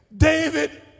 David